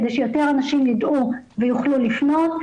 כדי שיותר אנשים ידעו ויוכלו לפנות,